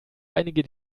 einige